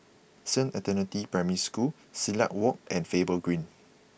Saint Anthony's Primary School Silat Walk and Faber Green